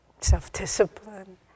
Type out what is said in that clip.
self-discipline